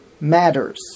matters